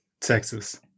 Texas